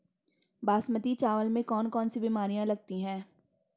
बासमती चावल में कौन कौन सी बीमारियां लगती हैं?